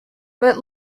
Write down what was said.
but